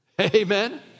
Amen